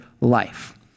life